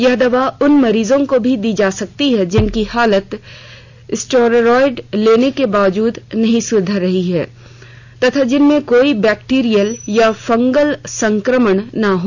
यह दवा उन मरीजों को भी दी जा सकती है जिनकी हालत स्टियोराएड लेने के बावजूद नहीं सुधार रही है तथा जिनमें कोई बैकटिरियल या फंगल संक्रमण न हो